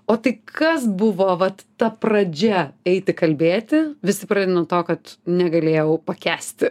o tai kas buvo vat ta pradžia eiti kalbėti visi pradeda nuo to kad negalėjau pakęsti